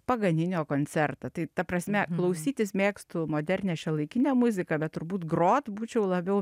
paganinio koncertą tai ta prasme klaustytis mėgstu modernią šiuolaikinę muziką bet turbūt grot būčiau labiau